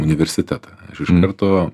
universitetą iš karto